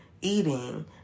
eating